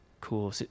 cool